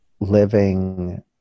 living